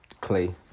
Clay